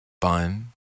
fun